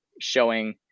showing